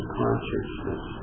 consciousness